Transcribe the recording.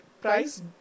price